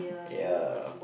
ya